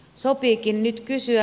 sopiikin nyt kysyä